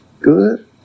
Good